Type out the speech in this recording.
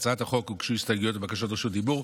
להצעת החוק הוגשו הסתייגויות ובקשות דיבור.